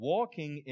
Walking